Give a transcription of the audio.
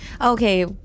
Okay